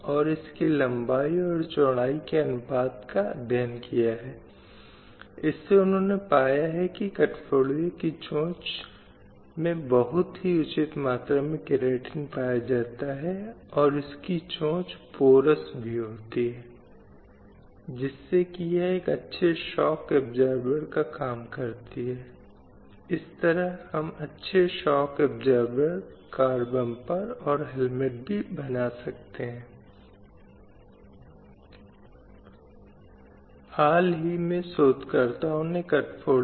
कई महिलाओं और लड़कियों को दैनिक जीवन में ऐसी हिंसा का सामना करना पड़ता है जो उनके अवसरों और उनकी गतिशीलता को प्रभावित करती है और उन्हें उनके अधिकारों से वंचित करती है इसलिए यह आवश्यक है कि शिक्षा स्वास्थ्य और भोजन की महत्वपूर्ण आवश्यकताओं के संबंध में महिलाओं के अधिकारों को बरकरार रखा जाना चाहिए उनकी उचित आजीविका के अधिकार को बरकरार रखा जाय